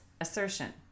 assertion